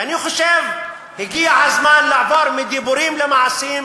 ואני חושב שהגיע הזמן לעבור מדיבורים למעשים,